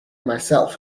myself